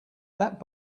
that